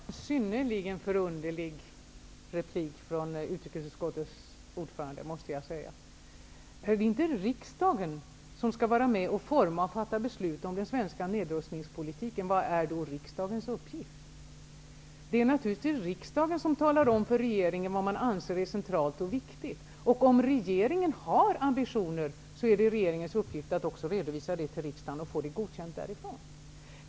Herr talman! Detta var en synnerligen förunderlig replik från utrikesutskottets ordförande. Är det inte riksdagen som skall var med och forma och fatta beslut om den svenska nedrustningspolitiken, vad är då riksdagens uppgift? Det är naturligtvis riksdagen som talar om för regeringen vad man anser är centralt och viktigt. Om regeringen har ambitioner är det regeringens uppgift att redovisa dem till riksdagen och få dem godkända därifrån.